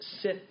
sit